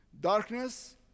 Darkness